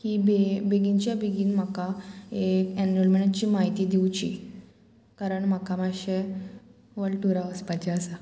की बेगी बेगीनच्या बेगीन म्हाका एक एनरोलमेंटाची म्हायती दिवची कारण म्हाका मातशें वल्ड टुरा वचपाचें आसा